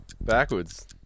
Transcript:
Backwards